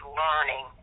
learning